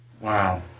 Wow